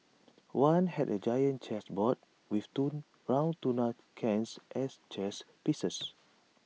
one had A giant chess board with round tuna cans as chess pieces